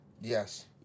Yes